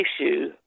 issue